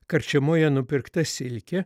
karčemoje nupirkta silkė